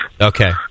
Okay